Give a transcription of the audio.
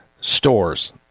stores